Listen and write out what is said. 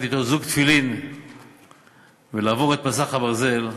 אתו זוג תפילין ולעבור את מסך הברזל,